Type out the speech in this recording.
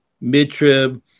mid-trib